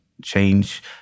change